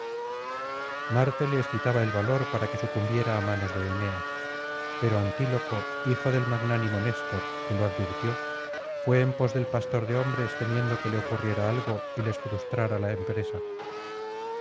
marte le excitaba el valor para que sucumbiera á manos de eneas pero antíloco hijo del magnánimo néstor que lo advirtió se fué en pos del pastor de hombres temiendo que le ocurriera algo y les frustrara la empresa